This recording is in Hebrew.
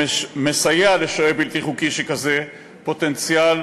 שמסייע לשוהה בלתי חוקי שכזה עם פוטנציאל